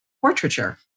portraiture